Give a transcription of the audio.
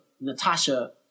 Natasha